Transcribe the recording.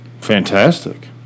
fantastic